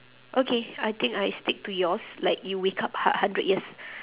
okay I think I stick to yours like you wake up hu~ hundred years